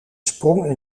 sprong